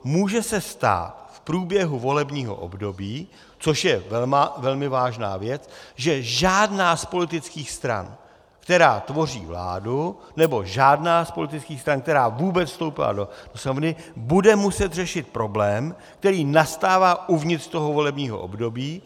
Může se stát v průběhu volebního období, což je velmi vážná věc, že žádná z politických stran, která tvoří vládu, nebo žádná z politických stran, která vůbec vstoupila do Sněmovny, bude muset řešit problém, který nastává uvnitř toho volebního období.